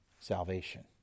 salvation